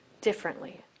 differently